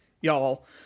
y'all